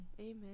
Amen